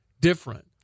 different